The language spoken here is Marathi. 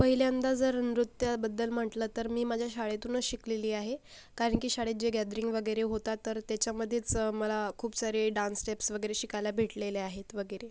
पहिल्यांदा जर नृत्याबद्दल म्हटलं तर मी माझ्या शाळेतूनच शिकलेली आहे कारण की शाळेत जे गॅदरिंग वगैरे होतात तर त्याच्यामध्येच मला खूप सारे डान्स स्टेप्स वगैरे शिकायला भेटलेले आहेत वगैरे